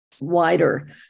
wider